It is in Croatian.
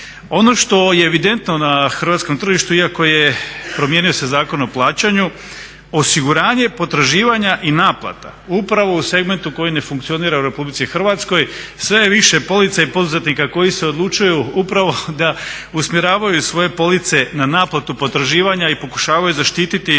Ono što je evidentno na hrvatskom tržištu iako je promijenio se Zakon o plaćanju, osiguranje potraživanja i naplata upravo u segmentu koji ne funkcionira u RH sve je više polica i poduzetnika koji se odlučuju upravo da usmjeravaju svoje police na naplatu potraživanja i pokušavaju zaštiti ono